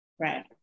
Right